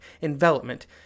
envelopment